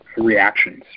reactions